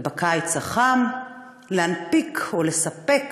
ובקיץ החם להנפיק או לספק